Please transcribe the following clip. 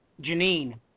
Janine